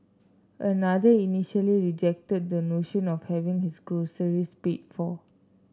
another initially rejected the notion of having his groceries paid for